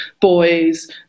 boys